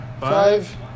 Five